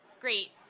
Great